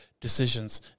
decisions